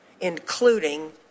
including